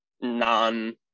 non-